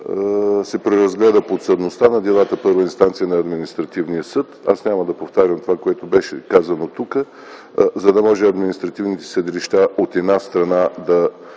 се преразгледа подсъдността на делата първа инстанция на Административния съд. Аз няма да повтарям това, което беше казано тук, за да може административните съдилища, от една страна, да